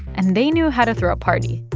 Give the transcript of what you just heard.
and they knew how to throw a party